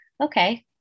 okay